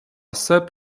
sep